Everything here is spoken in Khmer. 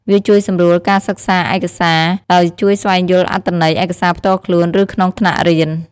វាជួយសម្រួលការសិក្សាឯកសារ ដោយជួយស្វែងយល់អត្ថន័យឯកសារផ្ទាល់ខ្លួន ឬក្នុងថ្នាក់រៀន។